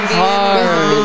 hard